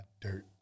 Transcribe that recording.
dirt